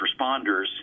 responders